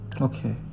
Okay